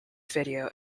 video